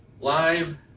Live